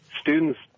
students